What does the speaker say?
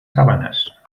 sabanas